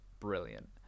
brilliant